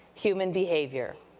human behavior.